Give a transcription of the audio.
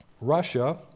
Russia